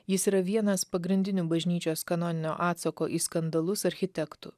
jis yra vienas pagrindinių bažnyčios kanoninio atsako į skandalus architektų